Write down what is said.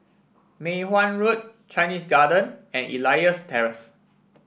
Mei Hwan Road Chinese Garden and Elias Terrace